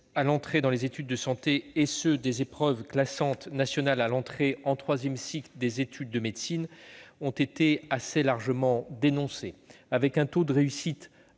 à l'entrée dans les études de santé et ceux des épreuves classantes nationales à l'entrée en troisième cycle des études de médecine ont été assez largement dénoncés. Avec un taux de réussite